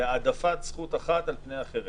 להעדפת זכות אחת על פני אחרת.